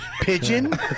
pigeon